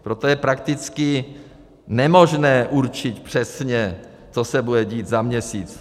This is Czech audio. Proto je prakticky nemožné určit přesně, co se bude dít za měsíc.